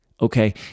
Okay